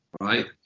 right